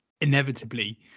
inevitably